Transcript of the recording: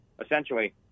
essentially